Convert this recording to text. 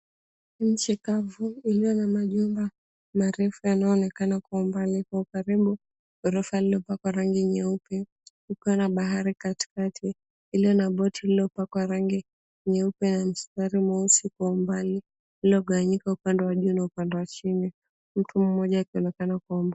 Nchi kavu, iliyo na majumba marefu yanayo onekana kwa umbali, kwa ukaribu, ghorofa lililo pakwa rangi nyeupe. Kukiwa na bahari katikati, iliyo na boti lililopakwa rangi nyeupe ya mstari mweusi kwa umbali. Lilogawanyika upande wa ju na upande wa chini. Mtu mmoja akaonekana kwa umbali.